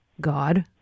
God